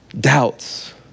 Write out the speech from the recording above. Doubts